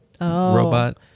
robot